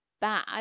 bad